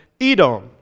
Edom